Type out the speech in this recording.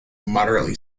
moderately